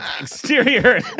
exterior